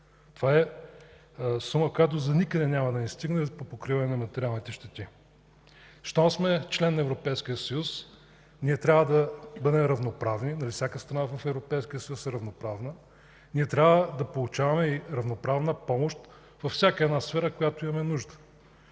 Това е сума, която доникъде няма да ни стигне за покриване на материалните щети. Щом сме член на Европейския съюз ние трябва да бъдем равноправни, нали всяка страна в Европейския съюз е равноправна. Трябва да получаваме и равноправна помощ във всяка една сфера, в която имаме нужда.